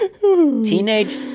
teenage